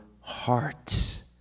heart